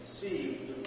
see